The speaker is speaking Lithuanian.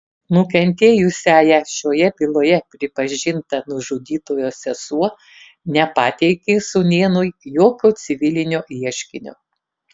nukentėjusiąja šioje byloje pripažinta nužudytojo sesuo nepateikė sūnėnui jokio civilinio ieškinio